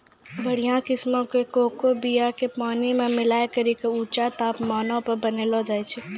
बढ़िया किस्मो के कोको बीया के पानी मे मिलाय करि के ऊंचा तापमानो पे बनैलो जाय छै